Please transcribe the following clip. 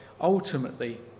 ultimately